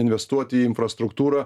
investuoti į infrastruktūrą